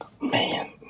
Man